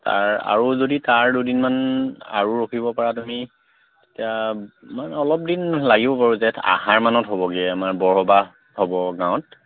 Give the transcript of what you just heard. তাৰ আৰু যদি তাৰ দুদিনমান আৰু ৰখিব পৰা তুমি এতিয়া মানে অলপ দিন লাগিবও বাৰু জেঠ আহাৰমানত হ'বগৈ আমাৰ বৰ সবাহ হ'ব গাঁৱত